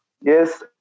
yes